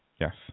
Yes